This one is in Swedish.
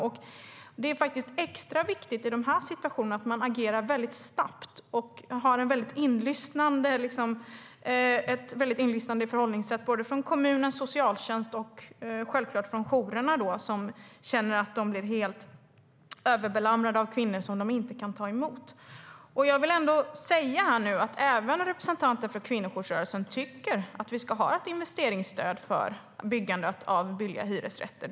I dessa situationer är det extra viktigt att man agerar väldigt snabbt och har ett väldigt inlyssnande förhållningssätt från både kommun och socialtjänst och självklart från jourerna som känner att de blir helt överbelamrade av kvinnor som de inte kan ta emot. Även representanter för kvinnojoursrörelsen tycker att vi ska ha ett investeringsstöd för byggandet av billiga hyresrätter.